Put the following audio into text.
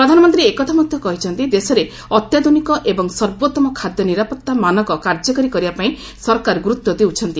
ପ୍ରଧାନମନ୍ତ୍ରୀ ଏକଥା ମଧ୍ୟ କହିଛନ୍ତି ଦେଶରେ ଅତ୍ୟାଧୁନିକ ଏବଂ ସର୍ବୋତ୍ତମ ଖାଦ୍ୟ ନିରାପତ୍ତା ମାନକ କାର୍ଯ୍ୟକାରୀ କରିବାପାଇଁ ସରକାର ଗୁରୁତ୍ୱ ଦେଉଛନ୍ତି